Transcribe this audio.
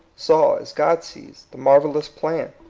saw, as god sees, the mar vellous plan.